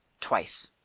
twice